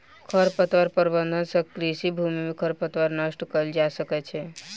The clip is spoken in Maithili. खरपतवार प्रबंधन सँ कृषि भूमि में खरपतवार नष्ट कएल जा सकै छै